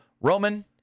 Roman